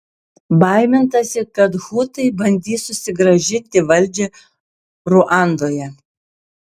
baimintasi kad hutai bandys susigrąžinti valdžią ruandoje